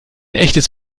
echtes